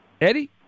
Eddie